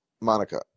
Monica